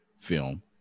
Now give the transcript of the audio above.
film